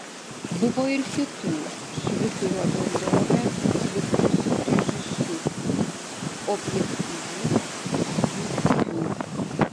buvo ir kitų švyturio bendrovę žlugdžiusių priežasčių objektyvių ir subjektyvių